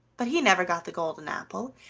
but he never got the golden apple!